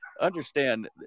understand